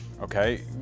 okay